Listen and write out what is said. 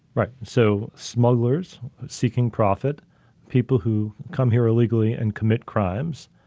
right. so, smugglers seeking profit people who come here illegally and commit crimes,